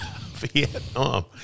Vietnam